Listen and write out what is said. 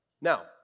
Now